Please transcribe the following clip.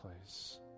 place